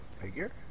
Figure